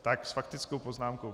Tak s faktickou poznámkou.